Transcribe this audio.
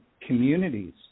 communities